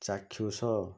ଚାକ୍ଷୁଷ